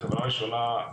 החברה הראשונה,